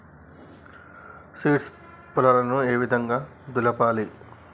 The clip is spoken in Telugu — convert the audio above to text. సీడ్స్ పొలాలను ఏ విధంగా దులపాలి?